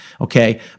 Okay